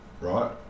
right